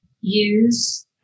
use